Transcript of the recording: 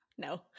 No